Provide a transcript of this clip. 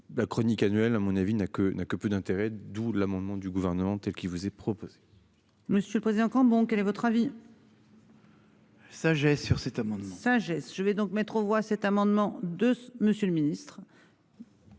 La chronique annuelle à mon avis n'a que n'a que peu d'intérêt. D'où l'amendement du gouvernement qui vous est proposé. Monsieur le Président quand bon quel est votre avis. Ça j'ai sur cet moment sagesse. Je vais donc mettre aux voix cet amendement de monsieur le Ministre.